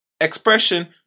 expression